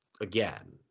Again